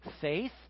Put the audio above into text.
faith